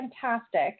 fantastic